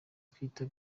twita